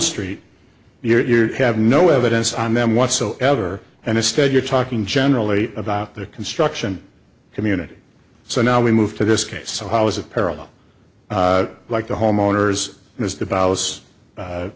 street your have no evidence on them whatsoever and instead you're talking generally about the construction community so now we move to this case so how is it parallel like the homeowners a